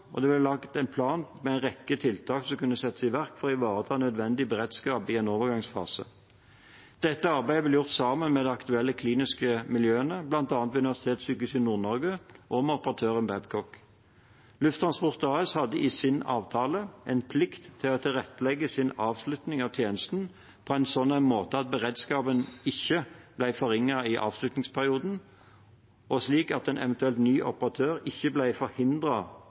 og det ble laget en plan med en rekke tiltak som kunne settes i verk for å ivareta nødvendig beredskap i en overgangsfase. Dette arbeidet ble gjort sammen med de aktuelle kliniske miljøene, bl.a. ved Universitetssykehuset Nord-Norge, og med operatør Babcock. Lufttransport AS hadde i sin avtale en plikt til å tilrettelegge sin avslutning av tjenesten på en slik måte at beredskapen ikke ble forringet i avslutningsperioden, og slik at en eventuell ny operatør ikke